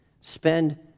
Spend